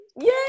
Yay